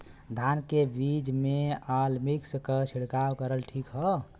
धान के बिज में अलमिक्स क छिड़काव करल ठीक ह?